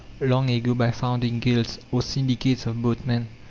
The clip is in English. long ago, by founding guilds, or syndicates of boatmen.